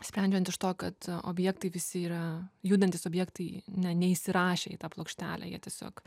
sprendžiant iš to kad objektai visi yra judantys objektai ne neįsirašę į tą plokštelę jie tiesiog